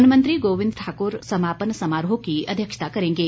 one मंत्री गोविंद ठाक्र समापन समारोह की अध्यक्षता करेंगे